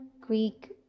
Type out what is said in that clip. greek